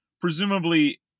presumably